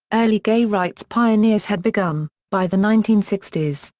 early gay-rights pioneers had begun, by the nineteen sixty s,